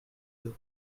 you